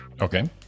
Okay